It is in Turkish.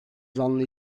zanlı